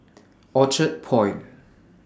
Orchard Point